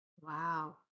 Wow